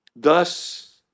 Thus